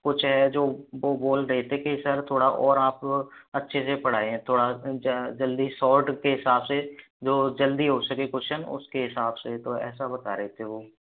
कुछ है जो वह बोल रहे थे कि सर थोड़ा और आप अच्छे से पढ़ाएँ थोड़ा जल्दी सोर्ट के हिसाब से जो जल्दी हो सके कुश्चन उसके हिसाब से तो ऐसा बता रहे थे वह